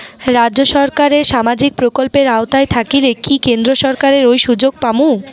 রাজ্য সরকারের সামাজিক প্রকল্পের আওতায় থাকিলে কি কেন্দ্র সরকারের ওই সুযোগ পামু?